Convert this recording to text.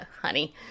honey